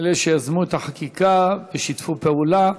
אלה שיזמו את החקיקה ושיתפו פעולה.